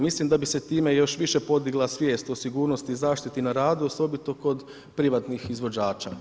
Mislim da bi se time još više podigla svijest o sigurnosti i zaštiti na radu osobito kod privatnih izvođača.